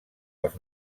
els